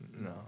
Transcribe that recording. No